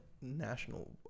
national